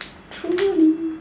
truly